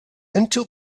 until